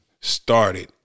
started